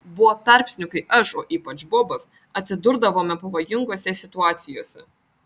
buvo tarpsnių kai aš o ypač bobas atsidurdavome pavojingose situacijose